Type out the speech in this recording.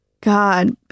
God